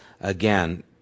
again